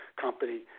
company